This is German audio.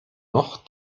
noch